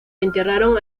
enterraron